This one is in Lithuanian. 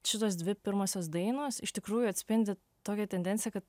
šitos dvi pirmosios dainos iš tikrųjų atspindi tokią tendenciją kad